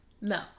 No